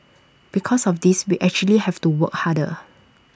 because of this we actually have to work harder